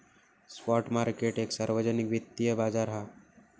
spot market एक सार्वजनिक वित्तिय बाजार हा